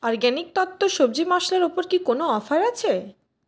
organic তত্ত্ব সবজি মশলার উপর কি কোনও অফার আছে